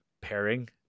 pairing